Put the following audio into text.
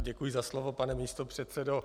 Děkuji za slovo, pane místopředsedo.